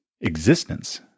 existence